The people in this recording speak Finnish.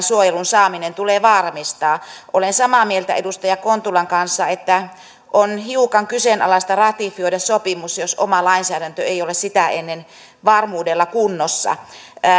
suojelun saaminen tulee varmistaa olen samaa mieltä edustaja kontulan kanssa että on hiukan kyseenalaista ratifioida sopimus jos oma lainsäädäntö ei ole sitä ennen varmuudella kunnossa